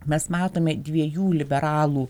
mes matome dviejų liberalų